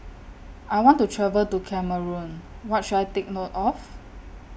I want to travel to Cameroon What should I Take note of